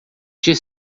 dia